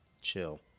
Chill